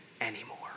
anymore